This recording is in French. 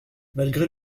malgré